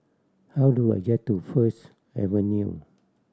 how do I get to First Avenue